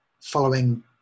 following